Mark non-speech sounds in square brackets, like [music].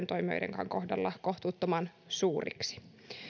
[unintelligible] toimijoiden kohdalla kohtuuttoman suuriksi